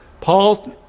Paul